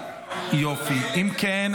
אם כן,